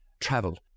travel